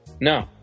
No